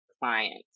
clients